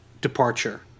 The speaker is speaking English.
departure